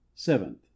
Seventh